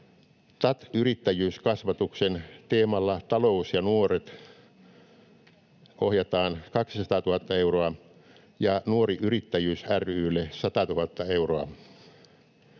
TAT-yrittäjyyskasvatuksen teemalle Talous ja nuoret ohjataan 200 000 euroa ja Nuori Yrittäjyys ry:lle 100 000 euroa.